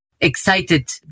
excited